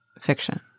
fiction